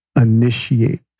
initiate